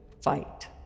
fight